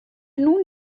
nun